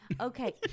Okay